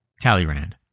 Talleyrand